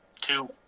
two